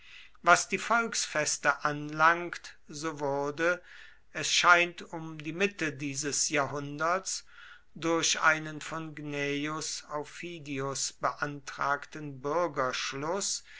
was die volksfeste anlangt so wurde es scheint um die mitte dieses jahrhunderts durch einen von gnaeus aufidius beantragten